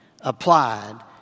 applied